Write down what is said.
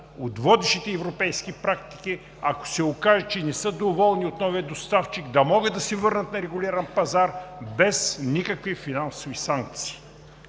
от водещите европейски практики, ако се окаже, че не са доволни от новия доставчик, да могат да се върнат на регулиран пазар без никакви финансови санкции.